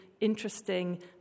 interesting